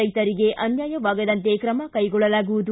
ರೈತರಿಗೆ ಅನ್ಯಾಯವಾಗದಂತೆ ಕ್ರಮ ಕೈಗೊಳ್ಳಲಾಗುವುದು